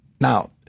Now